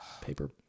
paper